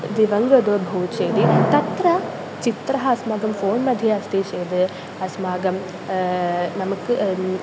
द्विवङ्गतो भूत् चेत् तत्र चित्रम् अस्माकं फ़ोन् मध्ये अस्ति चेत् अस्माकं नामक्कु अरु